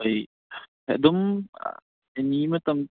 ꯑꯩ ꯑꯗꯨꯝ ꯑꯦꯅꯤ ꯃꯇꯝ